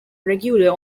regular